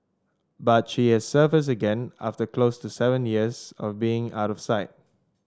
but she has surfaced again after close to seven years of being out of sight